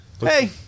hey